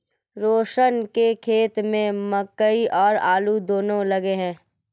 रोशन के खेत में मकई और आलू दोनो लगे हैं